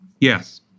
Yes